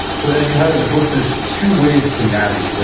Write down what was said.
but as you highlight in the book, there's two ways to navigate. like